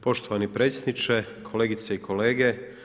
Poštovani predsjedniče, kolegice i kolege.